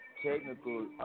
Technical